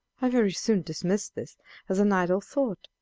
i very soon dismissed this as an idle thought,